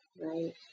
right